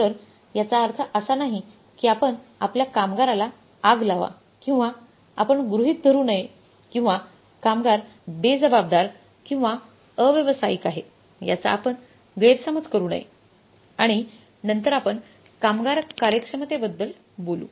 तर याचा अर्थ असा नाही की आपण आपल्या कामगाराला आग लावा किंवा आपण गृहित धरू नये किंवा कामगारा बेजबाबदार किंवा अव्यावसायिक आहे याचा आपण गैरसमज करु नये आणि नंतर आपण कामगार कार्यक्षमतेबद्दल बोलू